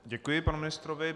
Děkuji panu ministrovi.